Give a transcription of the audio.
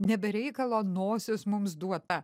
ne be reikalo nosis mums duota